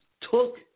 took